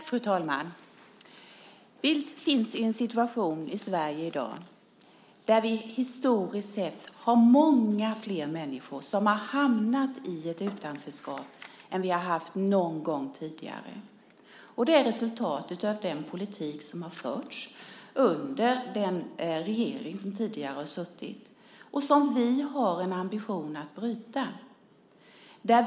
Fru talman! Vi finns i en situation i Sverige i dag där vi historiskt sett har många flera människor som har hamnat i ett utanförskap än vi har haft någon gång tidigare. Det är resultatet av den politik som har förts under den regering som tidigare suttit. Detta har vi ambitionen att bryta.